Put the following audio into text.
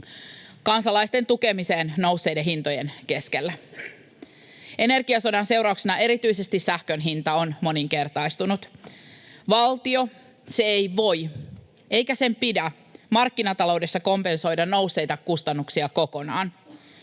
kansalaisten tukemiseen nousseiden hintojen keskellä. Energiasodan seurauksena erityisesti sähkön hinta on moninkertaistunut. Valtio, se ei voi eikä sen pidä markkinataloudessa kompensoida nousseita kustannuksia kokonaan,